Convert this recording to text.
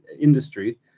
industry